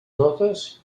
notes